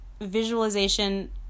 visualization